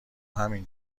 همین